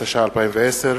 התש"ע 2010,